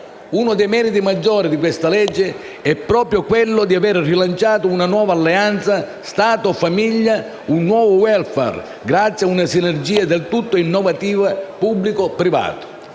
Uno dei meriti maggiori di questa legge è proprio quello di aver rilanciato una nuova alleanza tra Stato e famiglia, un nuovo *welfare*, grazie ad una sinergia del tutto innovativa tra pubblico e privato: